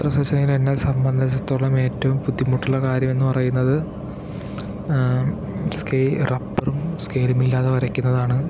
ചിത്ര രചനയിൽ എന്നെ സംബന്ധിച്ചോളം ഏറ്റവും ബുദ്ധിമുട്ടുള്ള കാര്യം എന്ന് പറയുന്നത് സ്കേ റബ്ബറും സ്കേലും ഇല്ലാതെ വരക്കുന്നതാണ്